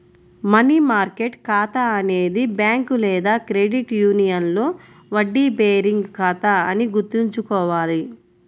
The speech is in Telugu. మనీ మార్కెట్ ఖాతా అనేది బ్యాంక్ లేదా క్రెడిట్ యూనియన్లో వడ్డీ బేరింగ్ ఖాతా అని గుర్తుంచుకోవాలి